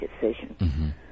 decision